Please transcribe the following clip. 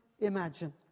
imagine